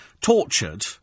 tortured